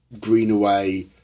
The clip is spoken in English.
Greenaway